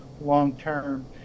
long-term